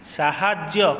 ସାହାଯ୍ୟ